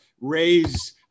raise